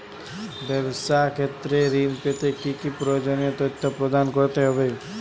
ব্যাবসা ক্ষেত্রে ঋণ পেতে কি কি প্রয়োজনীয় তথ্য প্রদান করতে হবে?